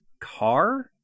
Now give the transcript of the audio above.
car